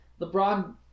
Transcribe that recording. LeBron